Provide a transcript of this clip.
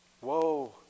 Whoa